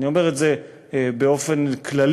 אני אומר את זה באופן כללי,